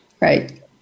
Right